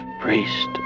priest